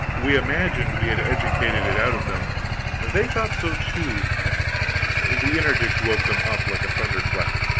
we imagined we had educated it out of them they thought so, too the interdict woke them up like a thunderclap!